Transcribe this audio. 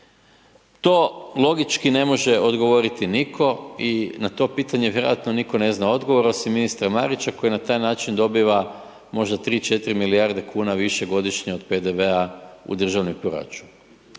To logički ne može odgovoriti nitko i na to pitanje vjerojatno nitko ne zna odgovor osim ministra Marića, koji na taj način dobiva možda tri, četiri milijarde kuna više godišnje od PDV-a u državni proračun.